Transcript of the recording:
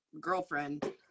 girlfriend